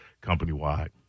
company-wide